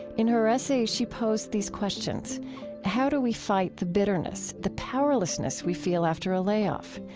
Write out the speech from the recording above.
in her essay, she posed these questions how do we fight the bitterness, the powerlessness we feel after a layoff?